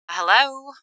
Hello